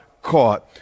Caught